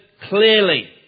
clearly